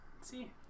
See